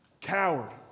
Coward